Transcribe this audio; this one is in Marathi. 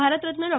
भारतरत्न डॉ